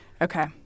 Okay